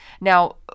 Now